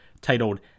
titled